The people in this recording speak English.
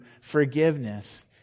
forgiveness